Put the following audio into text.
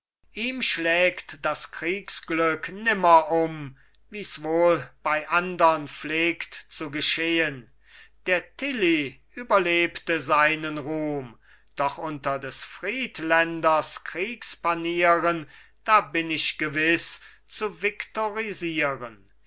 ihm schlägt das kriegsglück nimmer um wie's wohl bei andern pflegt zu geschehen der tilly überlebte seinen ruhm doch unter des friedländers kriegspanieren da bin ich gewiß zu